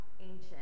ancient